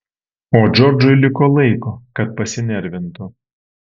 o džordžui liko laiko kad pasinervintų